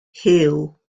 huw